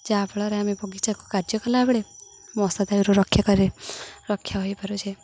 ଯାହା ଫଳରେ ଆମେ ବଗିଚାକୁ କାର୍ଯ୍ୟ କଲାବେଳେ ମଶା ଦାଉରୁ ରକ୍ଷା କରେ ରକ୍ଷା ହୋଇପାରୁଛେ